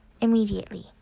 immediately